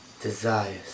desires